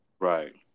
right